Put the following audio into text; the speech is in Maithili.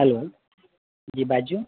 हेल्लो जी बाजियौ